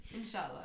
Inshallah